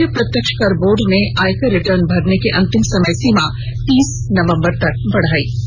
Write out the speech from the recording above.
कें द्रीय प्रत्यक्ष कर बोर्ड ने आयकर रिटर्न भरने की अंतिम समय सीमा तीस नवंबर तक बढ़ाई